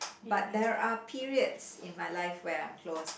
but there are periods in my life where I'm close